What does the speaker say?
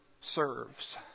serves